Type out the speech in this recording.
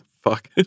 fuck